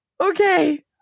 Okay